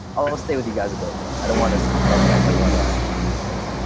i'll stay with you guys a bit more. i don't want to spend my buddy on a on a new place.